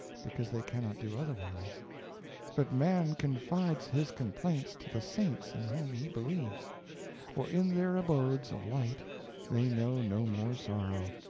because they cannot do otherwise but man confides his complaints to the saints in whom he believes for in their abodes of light they know no more sorrow.